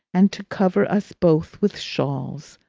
and to cover us both with shawls.